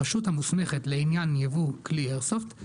הרשות המוסמכת לעניין ייבוא כלי איירסופט,